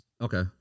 Okay